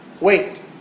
Wait